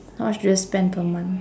how much do you spend per month